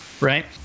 right